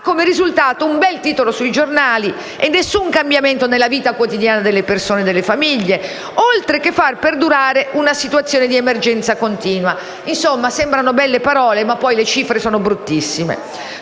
come risultato un bel titolo sui giornali e nessun cambiamento nella vita quotidiana delle persone e delle famiglie, oltre che far perdurare una situazione di emergenza continua. Insomma, sembrano belle parole, ma poi le cifre sono bruttissime.